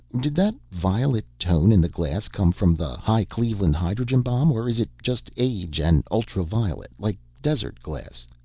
did that violet tone in the glass come from the high cleveland hydrogen bomb or is it just age and ultraviolet, like desert glass?